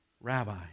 Rabbi